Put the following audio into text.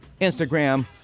Instagram